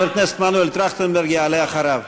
חבר הכנסת מנואל טרכטנברג יעלה אחריו.